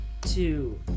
two